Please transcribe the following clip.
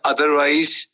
Otherwise